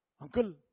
Uncle